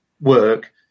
work